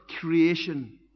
creation